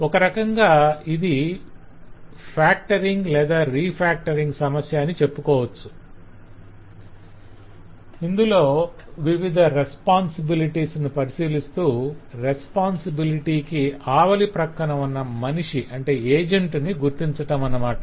ఒక రకంగా ఇది ఫాక్టరింగ్ లేదా రీఫాక్టరింగ్ సమస్య అని చెప్పుకోవచ్చు - ఇందులో వివిధ రెస్పొంసిబిలిటీస్ ను పరిశీలిస్తూ రెస్పొంసిబిలిటి కి ఆవలి ప్రక్కన ఉన్న మనిషి ని గుర్తించటం అన్నమాట